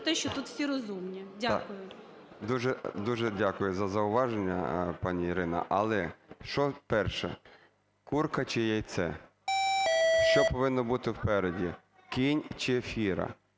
про те, що тут всі розумні. Дякую. ІВАНЧУК А.В. Дуже дякую за зауваження, пані Ірина. Але що перше – курка чи яйце? Що повинно бути попереду – кінь чи фіра?